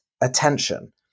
attention